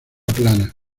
plana